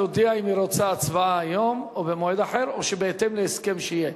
תודיע אם היא רוצה הצבעה היום או במועד אחר או בהתאם להסכם שיהיה.